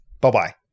bye-bye